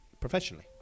professionally